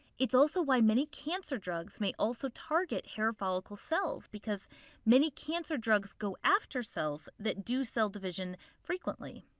it's also why many cancer drugs may also target hair follicle cells, because many cancer drugs go after cells that do cell division frequently.